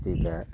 अथी कए